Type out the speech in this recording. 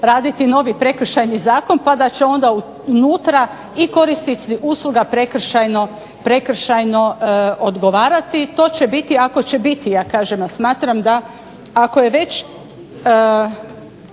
raditi novi Prekršajni zakon pa da će onda unutra i korisnici usluga prekršajno odgovarati. To će biti ako će biti ja kažem, a smatram da ako je već,